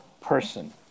person